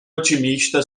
otimista